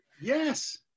Yes